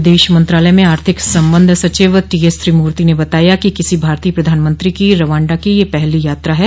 विदेश मंत्रालय में आर्थिक संबंध सचिव टीएस त्रिमूर्ति ने बताया कि किसी भारतीय प्रधानमंत्री की रवांडा की यह पहली यात्रा है